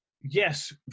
yes